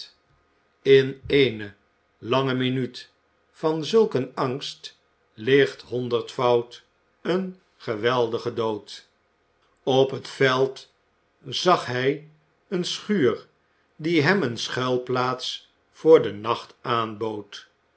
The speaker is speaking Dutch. n e lange minuut van zulk een angst ligt honderdvoud een geweldige dood op het veld zag hij eene schuur die hem eene schuilplaats voor den nacht aanbood